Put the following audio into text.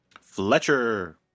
Fletcher